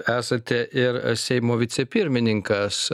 esate ir seimo vicepirmininkas